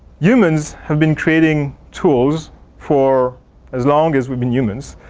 humans have been creating tools for as long as we've been humans.